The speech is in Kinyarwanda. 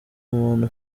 umuntu